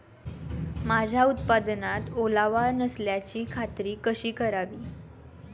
माझ्या उत्पादनात ओलावा नसल्याची खात्री कशी करावी?